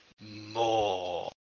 More